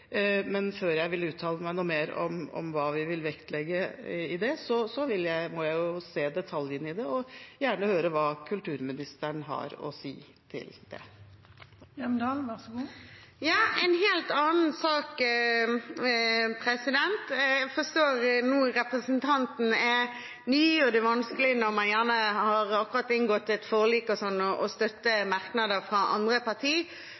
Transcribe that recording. men før jeg vil uttale meg noe mer om hva vi vil vektlegge i det, må jeg se detaljene i det og gjerne høre hva kulturministeren har å si til det. Så til en helt annen sak: Jeg forstår at representanten er ny, og det er vanskelig når man akkurat har inngått et forlik, å støtte merknader fra andre partier, men et hjertesukk for egen by må man likevel av og